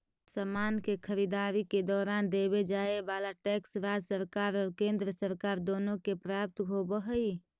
समान के खरीददारी के दौरान देवे जाए वाला टैक्स राज्य सरकार और केंद्र सरकार दोनो के प्राप्त होवऽ हई